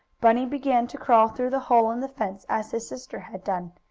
bunny began to crawl through the hole in the fence as his sister had done.